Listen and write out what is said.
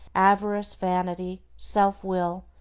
avarice, vanity, self-will,